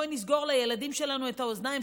בואי נסגור לילדים שלנו את האוזניים,